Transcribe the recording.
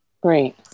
Great